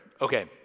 Okay